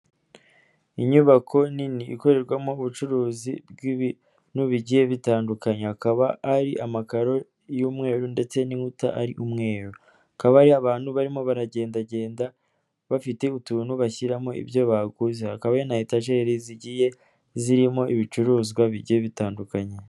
Inyubako nini ikorerwamo ubucuruzi bw'ibintu bigiye bitandukanye, hakaba hari amakaro y'umweru ndetse n'inkuta ari umweru, hakaba hari abantu barimo baragendagenda bafite utubuntu bashyiramo ibyo baguze, hakaba hari na etajeri zigiye zirimo ibicuruzwa bigiye bitandukanye.